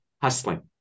hustling